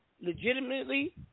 legitimately